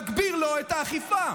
תגביר לו את האכיפה,